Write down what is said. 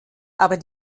aber